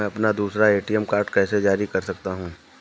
मैं अपना दूसरा ए.टी.एम कार्ड कैसे जारी कर सकता हूँ?